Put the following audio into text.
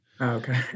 Okay